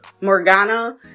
Morgana